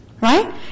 Right